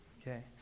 Okay